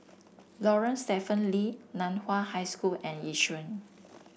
Lorong Stephen Lee Nan Hua High School and Yishun